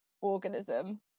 organism